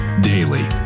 Daily